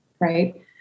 Right